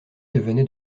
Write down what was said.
devenait